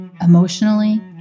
emotionally